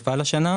4-17 יפעל השנה.